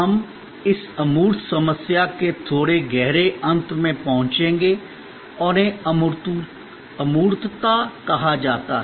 हम इस अमूर्त समस्या के थोड़े गहरे अंत में पहुँचेंगे और इन्हें अमूर्तता कहा जाता है